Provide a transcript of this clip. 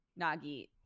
nagi